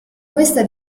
questa